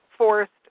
forced